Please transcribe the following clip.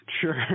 Sure